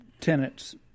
tenants